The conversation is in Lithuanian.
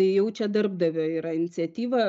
tai jau čia darbdavio yra iniciatyva